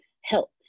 help